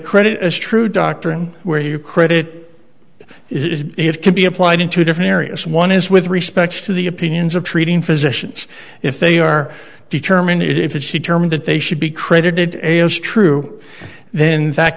credit as true doctrine where you credit it can be applied in two different areas one is with respect to the opinions of treating physicians if they are determined if it she termed it they should be credited as true then